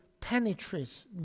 penetrates